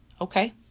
Okay